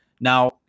Now